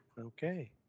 Okay